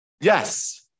yes